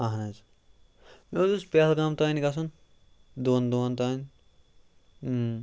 اہن حظ مےٚ حظ اوس پہلگام تام گژھُن دۄن دۄہن تام